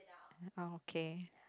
okay